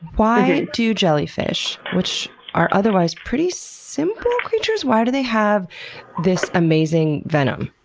why do jellyfish, which are otherwise pretty simple creatures, why do they have this amazing venom?